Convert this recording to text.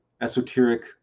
esoteric